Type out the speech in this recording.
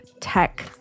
tech